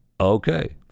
okay